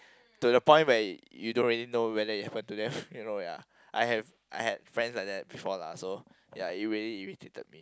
to the point where you don't really know whether it happened to them you know ya I have I had friends like that before lah so ya it really irritated me